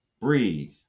Breathe